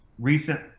recent